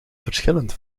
verschillend